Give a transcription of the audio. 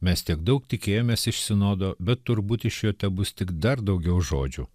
mes tiek daug tikėjomės iš sinodo bet turbūt iš jo tebus tik dar daugiau žodžių